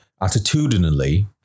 Attitudinally